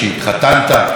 התחתנת,